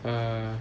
err